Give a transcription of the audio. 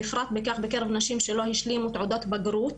בפרט בקרב נשים שלא השלימו תעודות בגרות,